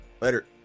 Later